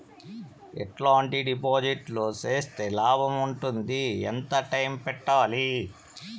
ఎట్లాంటి డిపాజిట్లు సేస్తే లాభం ఉంటుంది? ఎంత టైము పెట్టాలి?